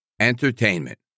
entertainment